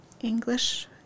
English